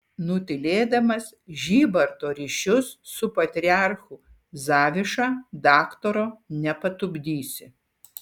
nutylėdamas žybarto ryšius su patriarchu zaviša daktaro nepatupdysi